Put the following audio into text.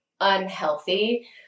unhealthy